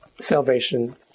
salvation